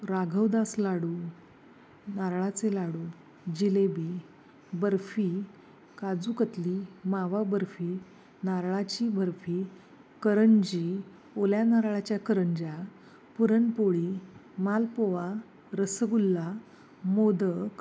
राघवदास लाडू नारळाचे लाडू जिलेबी बर्फी काजूकतली मावा बर्फी नारळाची बर्फी करंजी ओल्या नारळाच्या करंज्या पुरणपोळी मालपुआ रसगुल्ला मोदक